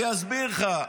אבל אני אסביר לך.